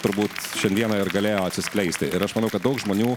turbūt šiandieną ir galėjo atsiskleisti ir aš manau kad daug žmonių